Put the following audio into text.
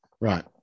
Right